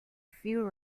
few